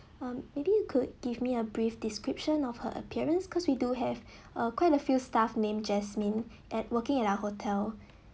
um maybe you could give me a brief description of her appearance cause we do have uh quite a few staff name jasmine at working at our hotel